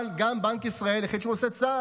אבל גם בנק ישראל החליט שהוא עושה צעד,